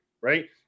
Right